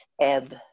ebb